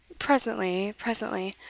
presently, presently.